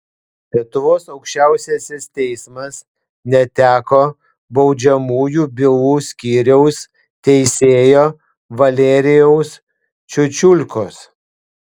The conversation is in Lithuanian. lietuvos aukščiausiasis teismas neteko baudžiamųjų bylų skyriaus teisėjo valerijaus čiučiulkos